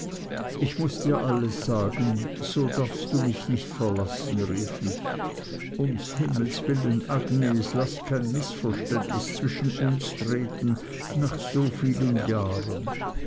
ich muß dir alles sagen so darfst du mich nicht verlassen rief ich um himmels willen agnes laß kein mißverständnis zwischen uns treten nach so vielen jahren